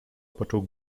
począł